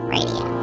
Radio